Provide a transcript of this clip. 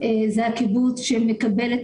זה הקיבוץ שמקבל את